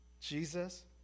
Jesus